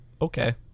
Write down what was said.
Okay